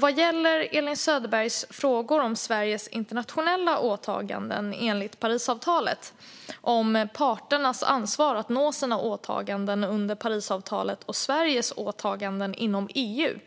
Vad gäller Elin Söderbergs frågor om Sveriges internationella åtaganden enligt Parisavtalet, parternas ansvar att nå sina åtaganden under Parisavtalet och Sveriges åtaganden inom EU